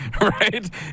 Right